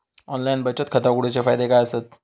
Online बचत खाता उघडूचे फायदे काय आसत?